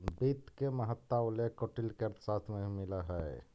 वित्त के महत्ता के उल्लेख कौटिल्य के अर्थशास्त्र में भी मिलऽ हइ